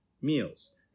meals